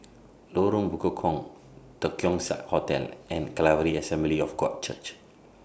Lorong Bekukong The Keong Saik Hotel and Calvary Assembly of God Church